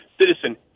citizen